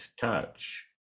touch